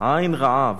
עין רעה,